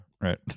right